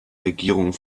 regierung